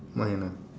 mine ah